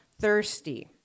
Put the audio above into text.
thirsty